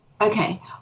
Okay